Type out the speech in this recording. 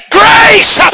grace